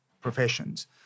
professions